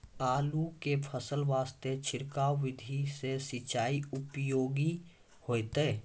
आलू के फसल वास्ते छिड़काव विधि से सिंचाई उपयोगी होइतै?